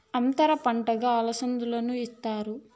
అంతర పంటగా అలసందను ఇత్తుతారు